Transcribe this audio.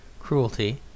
cruelty